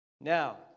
Now